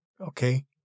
Okay